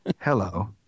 Hello